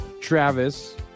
Travis